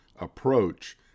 approach